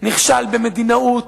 נכשל במדינאות,